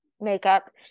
makeup